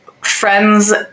friends